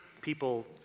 people